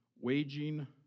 waging